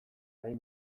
nahi